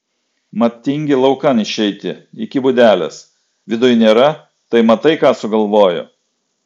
mat tingi laukan išeiti iki būdelės viduj nėra tai matai ką sugalvojo